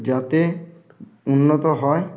যাতে উন্নত হয়